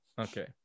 Okay